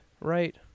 Right